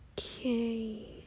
Okay